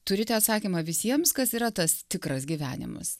turite atsakymą visiems kas yra tas tikras gyvenimas